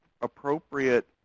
appropriate